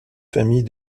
famille